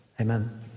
Amen